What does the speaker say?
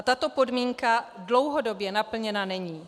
Tato podmínka dlouhodobě naplněna není.